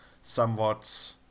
somewhat